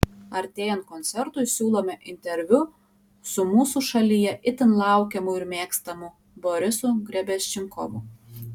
artėjant koncertui siūlome interviu su mūsų šalyje itin laukiamu ir mėgstamu borisu grebenščikovu